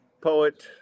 poet